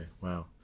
Wow